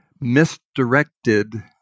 misdirected